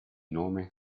nome